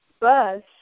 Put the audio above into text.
bus